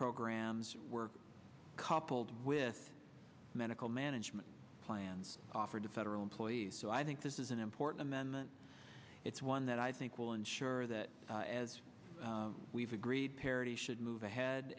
programs work coupled with medical management plans offered to federal employees so i think this is an important men it's one that i think will ensure that as we've agreed parity should move ahead